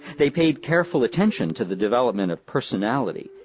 they paid careful attention to the development of personality,